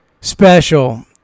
special